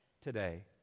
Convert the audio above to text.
today